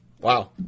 Wow